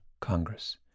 Congress